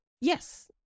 Yes